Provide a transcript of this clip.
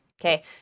Okay